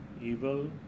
evil